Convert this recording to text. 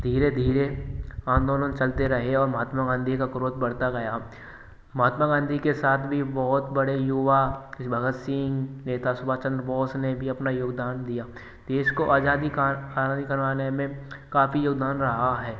धीरे धीरे आंदोलन चलते रहे और महात्मा गांधी का क्रोध बढ़ता गया महात्मा गांधी के साथ भी बहुत बड़े युवा भगत सिंह नेता सुभाष चंद्र बोस ने भी अपना योगदान दिया देश को आज़ादी का आज़ादी करवाने में काफ़ी योगदान रहा है